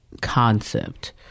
concept